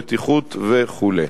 בטיחות וכו'.